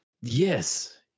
Yes